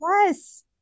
Yes